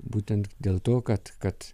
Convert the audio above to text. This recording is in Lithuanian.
būtent dėl to kad kad